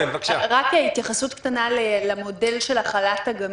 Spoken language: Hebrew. התייחסות קטנה למודל של החל"ת הגמיש.